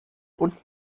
und